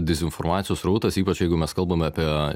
dezinformacijos srautas ypač jeigu mes kalbame apie